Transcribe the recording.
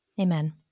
amen